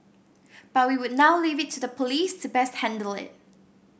but we would now leave it to the police to best handle it